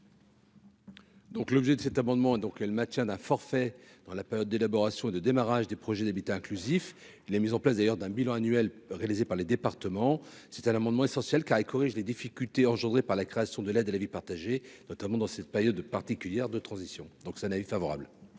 l'objet de cet amendement, donc elle le maintien d'un forfait dans la période d'élaboration de démarrage des projets d'habitat inclusif, la mise en place d'ailleurs d'un bilan annuel réalisé par les départements, c'est un amendement essentiel car il corrige les difficultés engendrées par la création de la de la vie partagée notamment dans cette période particulière de transition, donc ça n'a eu favorable.